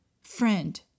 friend